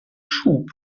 schub